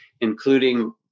including